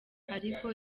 ariko